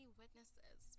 witnesses